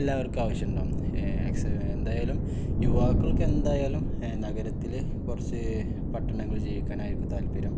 എല്ലാവർക്കും ആവശ്യമുണ്ടാകും എന്തായാലും യുവാക്കൾക്ക് എന്തായാലും നഗരത്തില് കുറച്ച് പട്ടണങ്ങളില് ജീവിക്കാനായിരിക്കും താല്പര്യം